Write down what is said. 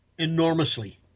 enormously